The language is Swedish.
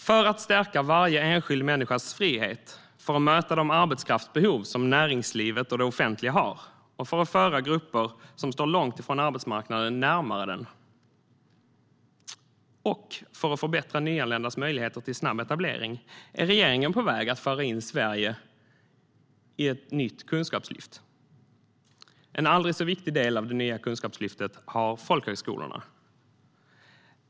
För att stärka varje enskild människas frihet, för att möta de arbetskraftsbehov som näringslivet och det offentliga har, för att föra grupper som står långt ifrån arbetsmarknaden närmare densamma och för att förbättra nyanländas möjligheter till snabb etablering är regeringen på väg att föra Sverige in i ett nytt kunskapslyft. En aldrig så viktig del av det nya kunskapslyftet är folkhögskolorna.